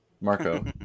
Marco